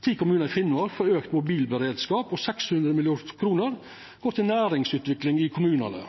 Ti kommunar i Finnmark får auka mobilberedskap, og 600 mill. kr går til næringsutvikling i kommunane.